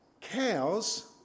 Cows